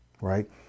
right